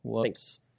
Thanks